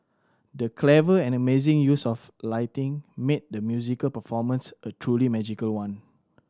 the clever and amazing use of lighting made the musical performance a truly magical one